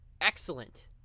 excellent